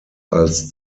als